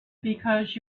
because